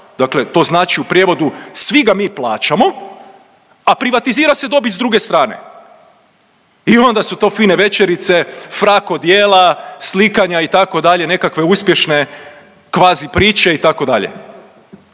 Dakle, to znači u prijevodu svi ga mi plaćamo, a privatizira se dobit s druge strane. I onda su to fine večerice, frak odijela, slikanja itd. nekakve uspješne kvazi priče itd.